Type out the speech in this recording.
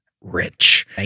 rich